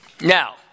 Now